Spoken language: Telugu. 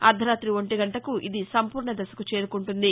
అర్దరాతి ఒంటిగంటకు ఇది సంపూర్ణ దశకు చేరుకుంటుంది